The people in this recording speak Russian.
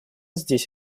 здесь